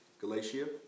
Galatia